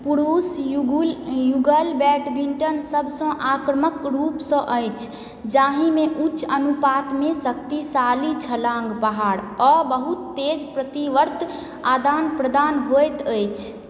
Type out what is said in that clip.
पुरुष युगल बैडमिन्टन सभसँ आक्रामक रूपसँ अछि जाहिमे उच्च अनुपातमे शक्तिशाली छलाँग बहार आ बहुत तेज प्रतिवर्त आदान प्रदान होयत अछि